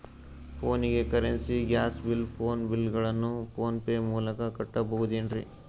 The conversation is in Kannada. ಫೋನಿಗೆ currency, gas bill, phone bill ಗಳನ್ನು ಫೋನ್ ಪೇ ಮೂಲಕ ಕಟ್ಟಬಹುದೇನ್ರಿ?